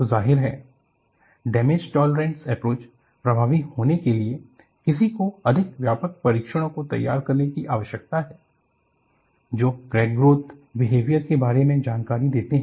तो जाहिर है डैमेज टॉलरेंस अप्रोच प्रभावी होने के लिए किसी को अधिक व्यापक परीक्षणों को तैयार करने की आवश्यकता है जो क्रैक ग्रोथ बिहेवियर के बारे में जानकारी देते हैं